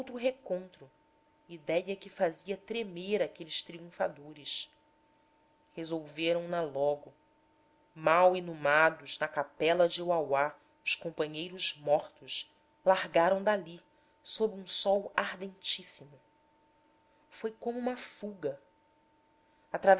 recontro idéia que fazia tremer aqueles triunfadores resolveram na logo mal inumados na capela de uauá os companheiros mortos largaram dali sob um sol ardentíssimo foi como uma fuga